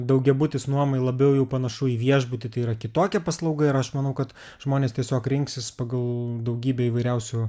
daugiabutis nuomai labiau jau panašu į viešbutį tai yra kitokia paslauga ir aš manau kad žmonės tiesiog rinksis pagal daugybę įvairiausių